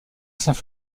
saint